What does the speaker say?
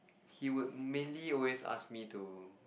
he would mainly always ask me to